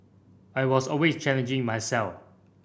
I was always challenging myself